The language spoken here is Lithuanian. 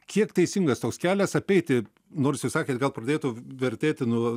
kiek teisingas toks kelias apeiti nors jūs sakėt gal pradėtų vertėti nuo